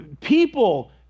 People